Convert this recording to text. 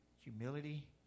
humility